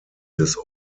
des